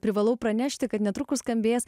privalau pranešti kad netrukus skambės